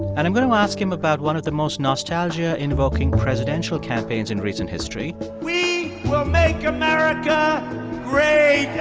and i'm going to ask him about one of the most nostalgia-invoking presidential campaigns in recent history we will make america great